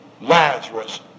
Lazarus